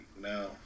no